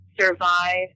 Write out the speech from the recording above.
survive